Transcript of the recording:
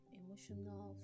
emotional